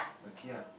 okay ah